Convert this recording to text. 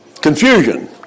confusion